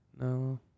No